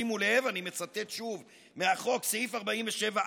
שימו לב, אני מצטט שוב מהחוק, סעיף 47(א):